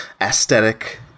aesthetic